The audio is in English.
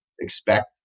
expect